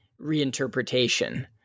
reinterpretation